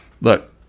look